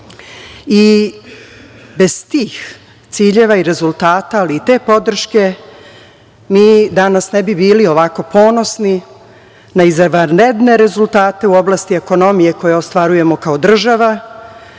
i bez tih ciljeva i rezultata, ali i te podrške mi danas ne bi bili ovako ponosni na izvanredne rezultate u oblasti ekonomije koje ostvarujemo kao država